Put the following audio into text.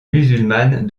musulmane